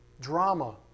drama